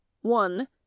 one